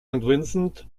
vincent